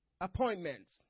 appointments